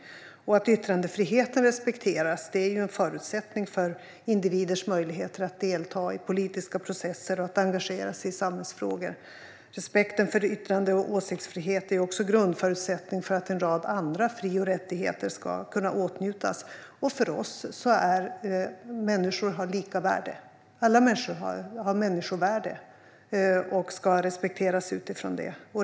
Att yttrandefriheten respekteras är en förutsättning för individers möjligheter att delta i politiska processer och engagera sig i samhällsfrågor. Respekten för yttrandefrihet och åsiktsfrihet är också en grundförutsättning för att en rad andra fri och rättigheter ska kunna åtnjutas. För oss har människor lika värde. Alla människor har människovärde och ska respekteras utifrån det.